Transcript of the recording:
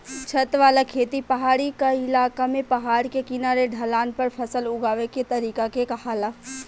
छत वाला खेती पहाड़ी क्इलाका में पहाड़ के किनारे ढलान पर फसल उगावे के तरीका के कहाला